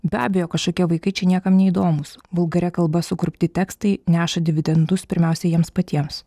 be abejo kažkokie vaikai čia niekam neįdomūs vulgaria kalba sukurpti tekstai neša dividendus pirmiausia jiems patiems